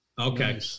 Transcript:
Okay